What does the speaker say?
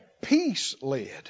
peace-led